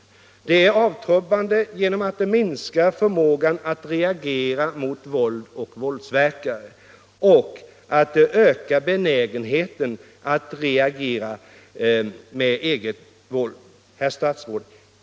Det är avtrubbande genom att det minskar förmågan att reagera mot våld och våldsverkare och genom att det ökar benägenheten att reagera med eget våld. Herr talman!